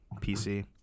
PC